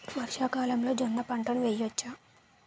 వర్షాకాలంలో జోన్న పంటను వేయవచ్చా?